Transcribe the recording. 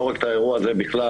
לא רק את האירוע הזה בכלל,